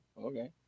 okay